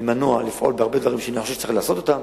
אני מנוע מלפעול בהרבה דברים שאני חושב שצריך לעשות אותם.